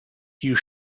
you